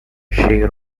she